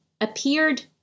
appeared